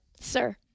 Sir